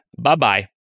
bye-bye